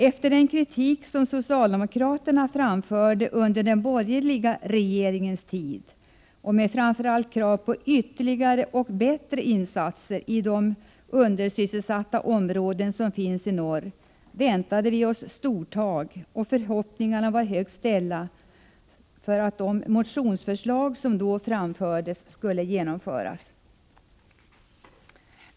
Efter den kritik som socialdemokraterna framförde under de borgerliga regeringarnas tid, framför allt krav på ytterligare och bättre insatser i de undersysselsatta områden som finns i norr, väntade vi oss stortag och förhoppningarna var högt ställda på att de motionsförslag som framförts skulle genomföras.